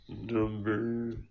Number